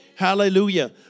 Hallelujah